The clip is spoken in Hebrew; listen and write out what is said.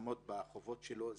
והחייב צריך לעמוד בחובות שלו.